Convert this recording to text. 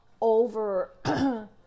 over